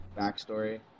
backstory